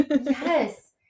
Yes